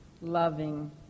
loving